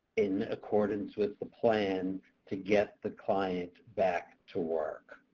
in accordance with the plan to get the client back to work.